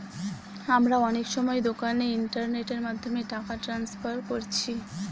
আমরা অনেক সময় দোকানে ইন্টারনেটের মাধ্যমে টাকা ট্রান্সফার কোরছি